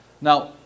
now